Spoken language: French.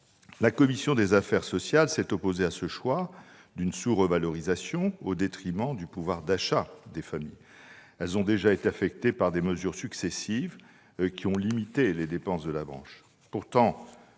La commission des affaires sociales s'est opposée à ce choix d'une sous-revalorisation au détriment du pouvoir d'achat des familles. Celles-ci ont déjà été affectées par les mesures successives qui ont limité les dépenses de la branche.